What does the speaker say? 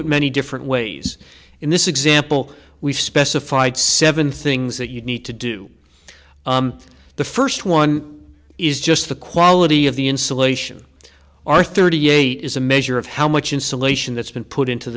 it many different ways in this example we've specified seven things that you need to do the first one is just the quality of the insulation are thirty eight is a measure of how much insulation that's been put into